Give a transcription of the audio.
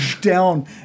down